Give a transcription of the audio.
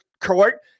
court